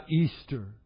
Easter